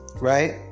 right